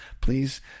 please